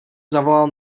zavolal